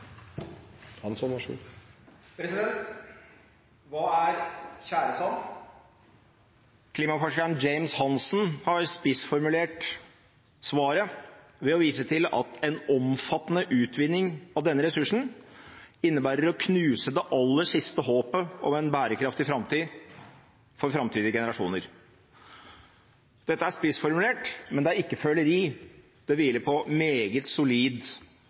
Hva er tjæresand? Klimaforskeren James Hansen har spissformulert svaret ved å vise til at en omfattende utvinning av denne ressursen innebærer å knuse det aller siste håpet om en bærekraftig framtid for framtidige generasjoner. Dette er spissformulert, men det er ikke føleri. Det hviler på meget solid,